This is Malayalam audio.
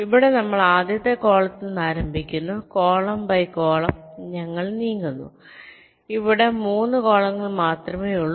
ഇവിടെ നമ്മൾ ആദ്യത്തെ കോളത്തിൽ നിന്ന് ആരംഭിക്കുന്നു കോളം ബൈ കോളം ഞങ്ങൾ നീക്കുന്നു ഇവിടെ 3 കോളങ്ങൾ മാത്രമേ ഉള്ളൂ